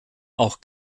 auch